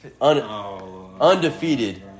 undefeated